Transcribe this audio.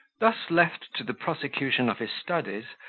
thus left to the prosecution of his studies,